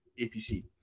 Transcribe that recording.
APC